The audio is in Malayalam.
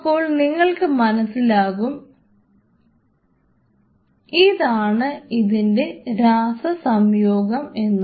അപ്പോൾ നിങ്ങൾക്ക് മനസ്സിലാകും ഇതാണ് ഇതിൻറെ രാസസംയോഗം എന്ന്